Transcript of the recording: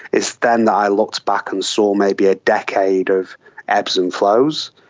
it's then that i looked back and saw maybe a decade of ebbs and flows.